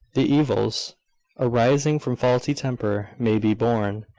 the evils arising from faulty temper may be borne,